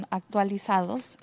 actualizados